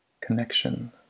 connection